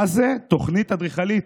מה זה תוכנית אדריכלית?